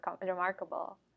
remarkable